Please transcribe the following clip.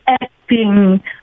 Acting